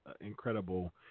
incredible